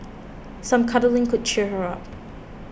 some cuddling could cheer her up